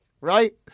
Right